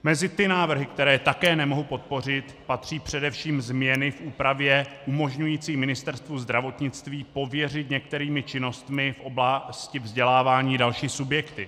Mezi ty návrhy, které také nemohu podpořit, patří především změny v úpravě umožňující Ministerstvu zdravotnictví pověřit některými činnostmi v oblasti vzdělávání další subjekty.